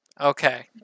Okay